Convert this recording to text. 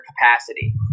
capacity